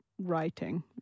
writing